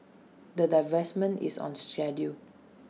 the divestment is on schedule